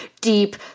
deep